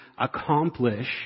accomplish